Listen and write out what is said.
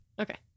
Okay